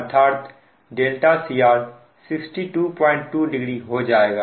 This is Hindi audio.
अर्थात δcr 622o हो जाएगा